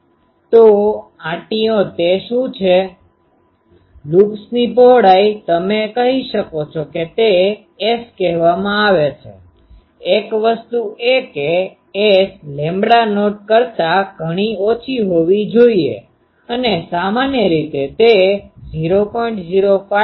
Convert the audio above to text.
તો આંટીઓ તે શું છે લૂપ્સની પહોળાઈ તમે કહી શકો છો તે S કહેવામાં આવે છે એક વસ્તુ એ કે S લેમ્બડા નોટ કરતા ઘણી ઓછી હોવી જોઈએ અને સામાન્ય રીતે તે 0